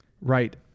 Right